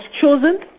chosen